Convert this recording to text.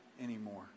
anymore